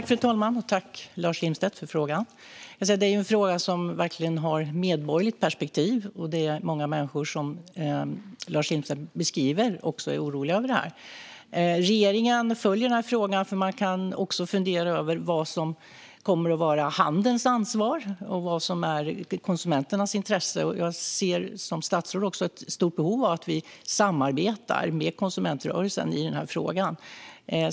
Fru talman! Tack, Lars Jilmstad, för frågan! Detta är ju en fråga som verkligen har ett medborgerligt perspektiv. Det är, som Lars Jilmstad beskriver, många människor som är oroliga över detta. Regeringen följer denna fråga. Man kan fundera över vad som kommer att vara handelns ansvar och vad som är konsumenternas intresse. Som statsråd ser jag också ett stort behov av att vi samarbetar med konsumentrörelsen i denna fråga.